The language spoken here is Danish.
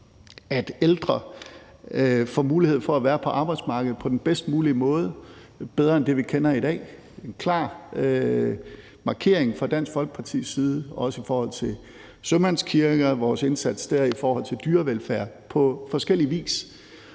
at ældre får mulighed for at være på arbejdsmarkedet på den bedst mulige måde, bedre end det, vi kender i dag. Det er en klar markering fra Dansk Folkepartis side, også i forhold til sømandskirker og vores indsats der og i forhold til dyrevelfærd på forskellig vis.